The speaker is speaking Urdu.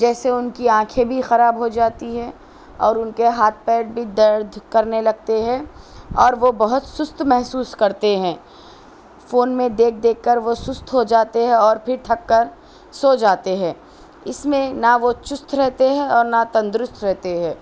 جیسے ان کی آنکھیں بھی خراب ہو جاتی ہے اور ان کے ہاتھ پیر بھی درد کرنے لگتے ہے اور وہ بہت سست محسوس کرتے ہیں فون میں دیکھ دیکھ کر وہ سست ہو جاتے ہے اور وہ پھر تھک کر سو جاتے ہے اس میں نہ وہ چست رہتے ہے اور نہ تندرست رہتے ہے